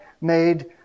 made